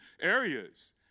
areas